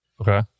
Okay